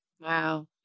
Wow